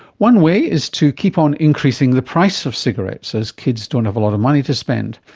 one way is to keep on increasing the price of cigarettes as kids don't have a lot of money to spend.